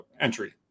entry